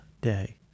day